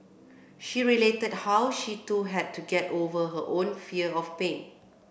she related how she too had to get over her own fear of pain